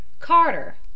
Carter